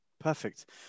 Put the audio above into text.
perfect